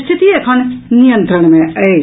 स्थिति एखन नियंत्रण मे अछि